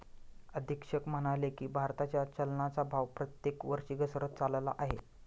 अधीक्षक म्हणाले की, भारताच्या चलनाचा भाव प्रत्येक वर्षी घसरत चालला आहे